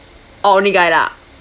oh only guy lah